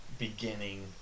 Beginning